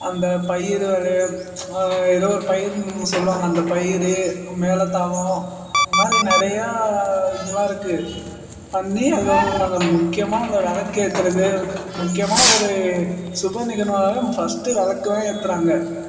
அந்த பயிர் விளைய ஏதோ ஒரு பயிருன்னு சொல்லுவாங்கள் அந்தப் பயிர் மேளத்தாளம் இது மாதிரி நிறையா இதுவாக இருக்குது பண்ணி அதோடய அந்த முக்கியமாக அந்த விளக்கு ஏத்துகிறது முக்கியமாக ஒரு சுப நிகழ்வுனாலே ஃபஸ்ட்டு விளக்கு தான் ஏத்துகிறாங்க